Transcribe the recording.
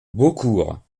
beaucourt